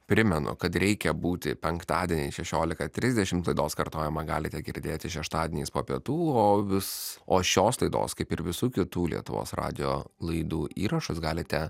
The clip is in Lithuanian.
primenu kad reikia būti penktadienį šešiolika trisdešimt laidos kartojimą galite girdėti šeštadieniais po pietų o vis o šios laidos kaip ir visų kitų lietuvos radijo laidų įrašus galite